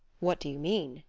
what do you mean?